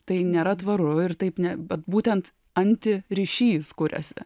tai nėra tvaru ir taip ne bet būtent anti ryšys kuriasi